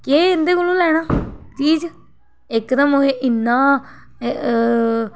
केह् इं'दे कोलु लैना चीज इकदम एह इ'न्ना